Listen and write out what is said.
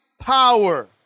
power